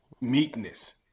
meekness